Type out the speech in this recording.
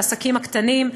לעסקים הקטנים,